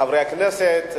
חברי הכנסת,